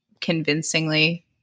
convincingly